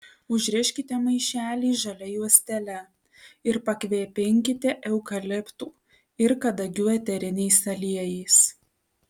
užriškite maišelį žalia juostele ir pakvepinkite eukaliptų ir kadagių eteriniais aliejais